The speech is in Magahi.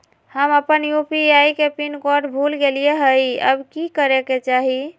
हम अपन यू.पी.आई के पिन कोड भूल गेलिये हई, अब की करे के चाही?